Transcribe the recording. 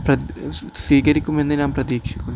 സ്വീകരിക്കുമെന്ന് ഞാൻ പ്രതീക്ഷിക്കുന്നു